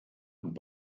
und